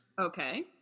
Okay